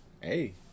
Hey